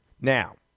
Now